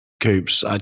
Coops